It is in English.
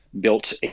built